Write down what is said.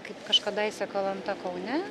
kaip aš kadaise kalanta kaune